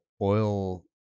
oil